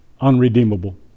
unredeemable